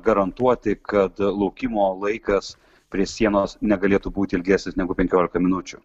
garantuoti kad laukimo laikas prie sienos negalėtų būti ilgesnis negu penkiolika minučių